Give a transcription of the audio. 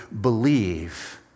believe